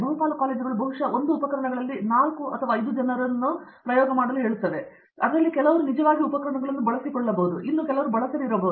ಬಹುಪಾಲು ಕಾಲೇಜುಗಳು ಬಹುಶಃ 1 ಉಪಕರಣಗಳಲ್ಲಿ 4 ಅಥವಾ 5 ಜನರನ್ನು ನಡೆಸುತ್ತವೆ ಅವುಗಳಲ್ಲಿ ಕೆಲವನ್ನು ನಿಜವಾಗಿ ಬಳಸಿಕೊಳ್ಳಬಹುದು ಮತ್ತು ಕೆಲವರು ಇದನ್ನು ಬಳಸದೆ ಇರಬಹುದು